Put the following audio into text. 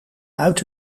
uit